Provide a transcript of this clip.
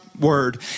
word